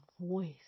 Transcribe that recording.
voice